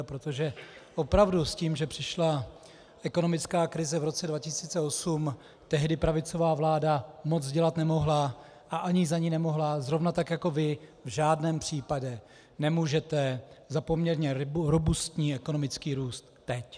Protože opravdu s tím, že přišla ekonomická krize v roce 2008, tehdy pravicová vláda moc dělat nemohla a ani za ni nemohla, zrovna tak jako vy v žádném případě nemůžete za poměrně robustní ekonomický růst teď.